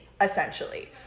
essentially